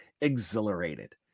exhilarated